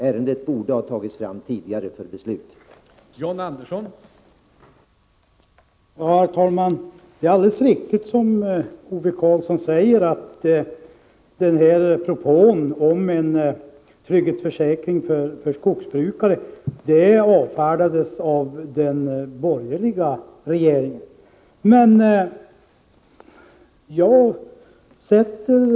Ärendet borde ha tagits fram till beslut tidigare.